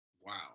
Wow